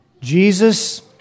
Jesus